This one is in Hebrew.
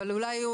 אולי הוא